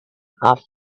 off